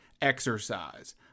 exercise